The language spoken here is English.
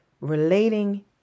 relating